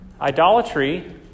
Idolatry